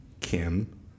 Kim